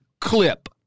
clip